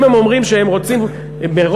אם הם אומרים שהם רוצים מראש,